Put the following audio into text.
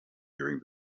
during